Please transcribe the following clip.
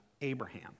Abraham